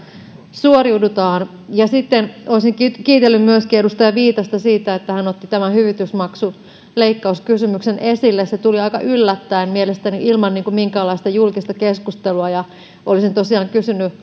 suoriudutaan sitten olisin kiitellyt myöskin edustaja viitasta siitä että hän otti tämän hyvitysmaksuleikkauskysymyksen esille se tuli aika yllättäen mielestäni ilman minkäänlaista julkista keskustelua olisin tosiaan kysynyt